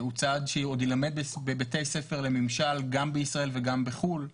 הוא צעד שעוד יילמד בבתי הספר לממשל גם בישראל וגם בחו"ל.